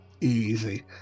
Easy